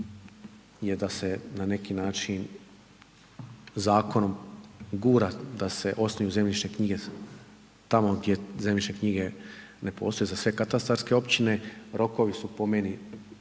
je da se na neki način zakonom gura da se osnuju zemljišne knjige tamo gdje zemljišne knjige ne postoje za sve katastarske općine. Rokovi su po meni